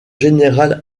général